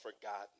forgotten